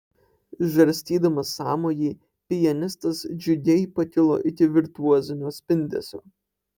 žarstydamas sąmojį pianistas džiugiai pakilo iki virtuozinio spindesio